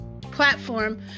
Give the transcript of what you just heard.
platform